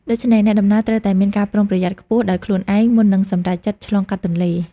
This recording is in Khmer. ដូច្នេះអ្នកដំណើរត្រូវតែមានការប្រុងប្រយ័ត្នខ្ពស់ដោយខ្លួនឯងមុននឹងសម្រេចចិត្តឆ្លងកាត់ទន្លេ។